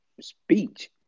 speech